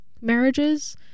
marriages